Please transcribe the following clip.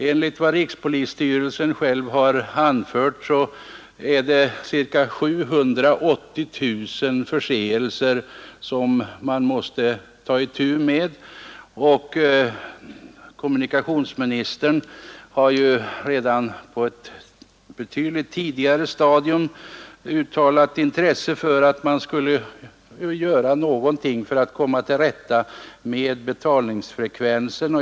Enligt vad rikspolisstyrelsen själv har anfört måste man årligen ta itu med ca 780 000 förseelser, och kommunikationsministern har redan på ett ganska tidigt stadium uttalat intresse för att man skulle göra något för att komma till rätta med betalningsfrekvensen.